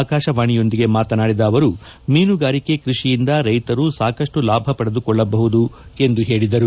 ಆಕಾಶವಾಣಿಯೊಂದಿಗೆ ಮಾತನಾಡಿದ ಅವರು ಮೀನುಗಾರಿಕೆ ಕೃಷಿಯಿಂದ ರೈತರು ಸಾಕಷ್ಟು ಲಾಭ ಪಡೆದುಕೊಳ್ಳಬಹುದು ಎಂದು ಅವರು ಹೇಳಿದರು